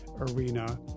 arena